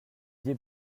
des